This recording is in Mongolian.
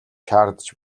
шаардаж